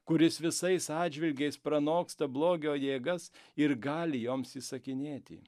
kuris visais atžvilgiais pranoksta blogio jėgas ir gali joms įsakinėti